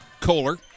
Kohler